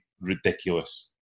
ridiculous